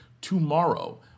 tomorrow